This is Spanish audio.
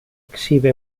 exhibe